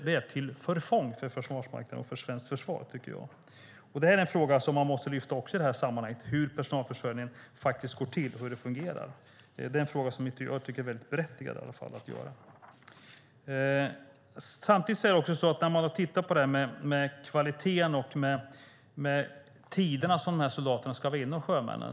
Det är till förfång för Försvarsmakten och för svenskt försvar, tycker jag. Det här är en fråga som man måste lyfta fram i det här sammanhanget, hur personalförsörjningen går till och hur det fungerar. Det är en fråga som jag tycker är berättigad att ta upp. Samtidigt har man tittat på det här med kvaliteten och de tider som de här soldaterna och sjömännen ska vara inne.